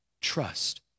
Trust